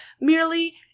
merely